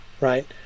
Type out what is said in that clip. right